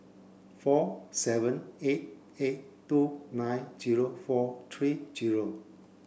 four seven eight eight two nine zero four three zero